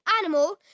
animal